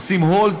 עושים hold,